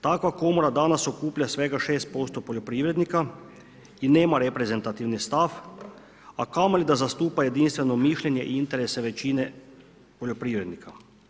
Takva komora danas okuplja svega 6% poljoprivrednika i nema reprezentativni stav a kamoli da zastupa jedinstveno mišljenje i interese većine poljoprivrednika.